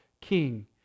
King